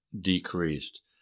decreased